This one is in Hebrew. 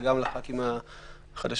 וגם לח"כים החדשים,